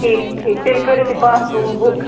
ٹھیٖک چھُ ٹھیٖک تیٚلہِ کٔرِو تُہۍ پانٛژھ روٗم بُک